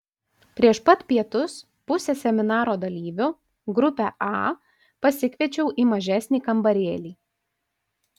prieš pat pietus pusę seminaro dalyvių grupę a pasikviečiau į mažesnį kambarėlį